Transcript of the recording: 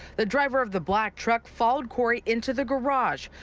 the driver of the black truck followed cory into the garage.